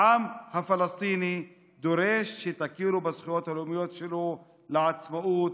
העם הפלסטיני דורש שתכירו בזכויות הלאומיות שלו לעצמאות,